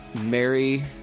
Mary